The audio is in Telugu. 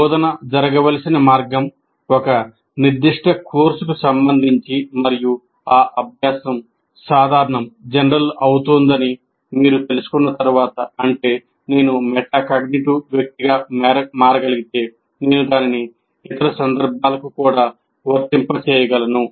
బోధన జరగవలసిన మార్గం ఒక నిర్దిష్ట కోర్సుకు సంబంధించి మరియు ఆ అభ్యాసం సాధారణం అవుతోందని మీరు తెలుసుకున్న తర్వాత అంటే నేను మెటాకాగ్నిటివ్ వ్యక్తిగా మారగలిగితే నేను దానిని ఇతర సందర్భాలకు కూడా వర్తింపజేయగలను